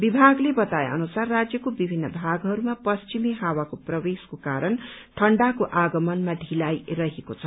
विभागले बताए अनुसार राज्यको विभिन्न भागहरूमा पश्चिमी हावाको प्रवेशको कारण ठण्डाको आगमनमा ढिलाई रहेको छ